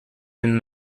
been